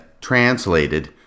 translated